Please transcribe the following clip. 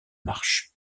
marche